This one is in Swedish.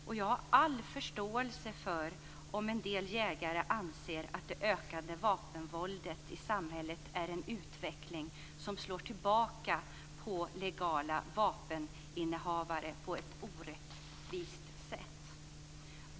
Och jag har all förståelse för om en del jägare anser att det ökade vapenvåldet i samhället är en utveckling som slår tillbaka på legala vapeninnehavare på ett orättvist sätt.